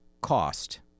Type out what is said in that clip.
cost